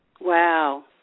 Wow